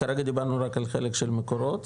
כרגע דיברנו על החלק של מקורות,